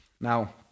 Now